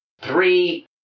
Three